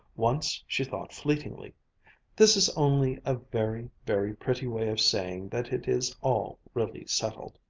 once she thought fleetingly this is only a very, very pretty way of saying that it is all really settled.